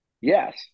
Yes